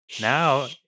now